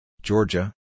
Georgia